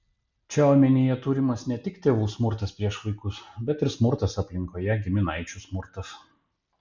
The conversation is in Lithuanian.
čia omenyje turimas ne tik tėvų smurtas prieš vaikus bet ir smurtas aplinkoje giminaičių smurtas